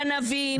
גנבים.